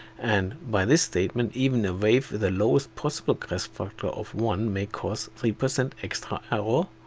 and by this statement, even a wave with the lowest possible crest factor of one may cause three percent extra error?